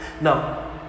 Now